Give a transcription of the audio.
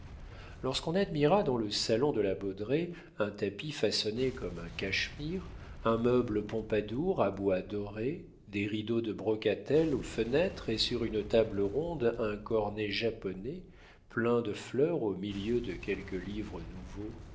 lorsqu'on admira dans le salon de la baudraye un tapis façonné comme un cachemire un meuble pompadour à bois dorés des rideaux de brocatelle aux fenêtres et sur une table ronde un cornet japonais plein de fleurs au milieu de quelques livres nouveaux